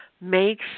Make